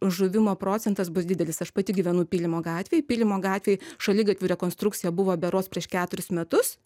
žuvimo procentas bus didelis aš pati gyvenu pylimo gatvėj pylimo gatvėj šaligatvių rekonstrukcija buvo berods prieš keturis metus